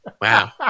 wow